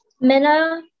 Minna